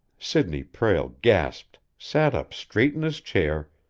sidney prale gasped, sat up straight in his chair,